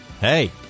Hey